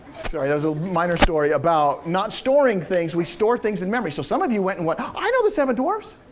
sorry, that was a minor story about not storing things. we store things in memory. so some of you went, and i know the seven dwarfs,